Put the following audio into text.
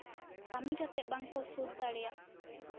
ᱠᱟᱹᱢᱤ ᱠᱟᱛᱮᱜ ᱵᱟᱝᱠᱚ ᱥᱳᱫᱷ ᱫᱟᱲᱮᱭᱟᱜ